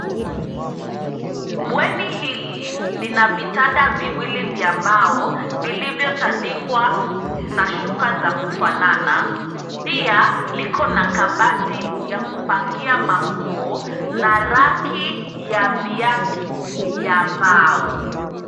Bweni hili lina vitanda viwili vya mbao, vilivyo tandikwa na shuka za kufanana, pia liko na kabati ya kupangia manguo na raki ya viatu ya mbao.